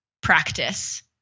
practice